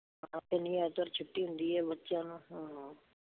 ਐਤਵਾਰ ਛੁੱਟੀ ਹੁੰਦੀ ਹੈ ਬੱਚਿਆਂ ਨੂੰ ਹਾਂ